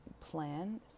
plan